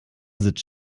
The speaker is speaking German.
sitzt